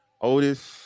Oldest